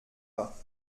pas